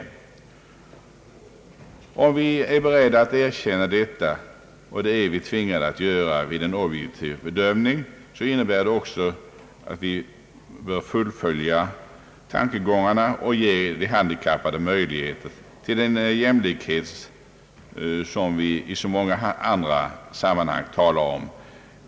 Om vi är beredda att erkänna detta — och det är vi tvingade att göra vid en objektiv bedömning — innebär det att vi bör fullfölja tankegångarna och ge de handikappade möjlighet till den jämlikhet som vi i så många andra sammanhang talar om.